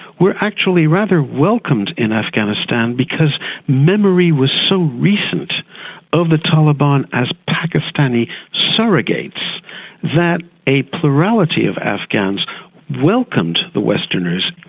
were actually rather welcomed in afghanistan, because memory was so recent of the taliban as pakistani surrogates that a plurality of afghans welcomed the westerners.